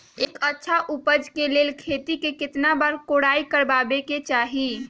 एक अच्छा उपज के लिए खेत के केतना बार कओराई करबआबे के चाहि?